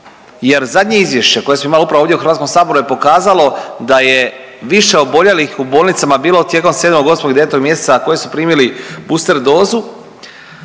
jer zadnje izvješće koje smo imali upravo ovdje u HS-u je pokazalo da je više oboljelih u bolnicama bilo tijekom 7., 8. i 9., a koji su primili booster dozu